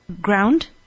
Ground